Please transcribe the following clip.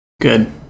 Good